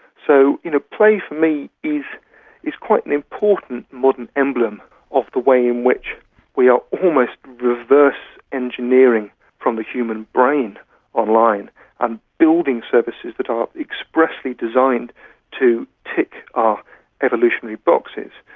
so you know play for me is is quite an important modern emblem of the way in which we are almost reverse engineering from the human brain online and building services that are expressly designed to tick our evolutionary boxes,